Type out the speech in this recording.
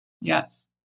Yes